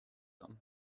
them